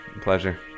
pleasure